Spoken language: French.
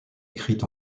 écrites